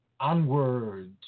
Onwards